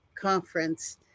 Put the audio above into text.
conference